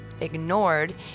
Ignored